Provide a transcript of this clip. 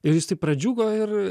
ir jis taip pradžiugo ir